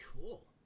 cool